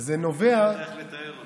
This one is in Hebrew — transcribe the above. זה נובע, אני לא יודע איך לתאר אותו.